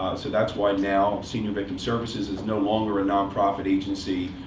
so that's why, now, senior victim services is no longer a nonprofit agency.